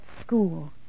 school